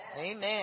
Amen